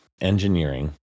engineering